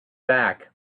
back